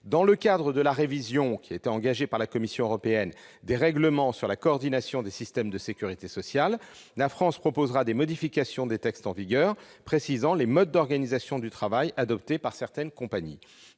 Dans le cadre de la révision engagée par la Commission des règlements portant sur la coordination des systèmes de sécurité sociale, la France proposera des modifications des textes en vigueur précisant les modes d'organisation du travail adoptés par certaines compagnies.